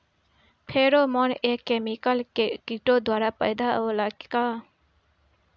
Pheromone एक chemical किटो द्वारा पैदा होला का?